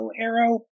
Arrow